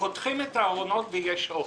"פותחים את הארונות ויש אוכל.